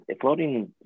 floating